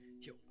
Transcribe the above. Yo